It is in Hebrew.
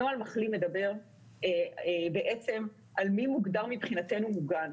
נוהל מחלים מדבר על מי הוגדר מבחינתנו מוגן.